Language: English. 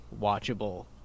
watchable